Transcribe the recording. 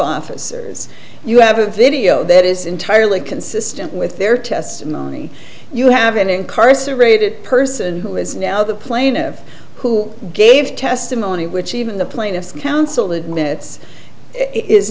officers you have a video that is entirely consistent with their testimony you have been incarcerated person who is now the plaintiff who gave testimony which even the plaintiff's counsel admits i